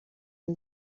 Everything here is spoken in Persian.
این